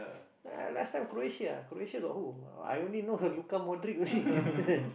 last time Croatia Croatia got who I only know Luka-Modric only